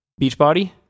Beachbody